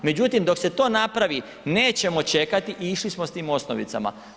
Međutim, dok se to napravi nećemo čekati i išli smo sa tim osnovicama.